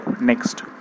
next